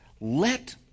let